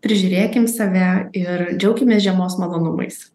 prižiūrėkim save ir džiaukimės žiemos malonumais